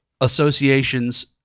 associations